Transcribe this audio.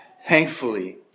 thankfully